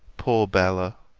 poor bella!